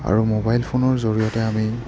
আৰু মোবাইল ফোনৰ জৰিয়তে আমি